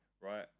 right